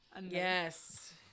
yes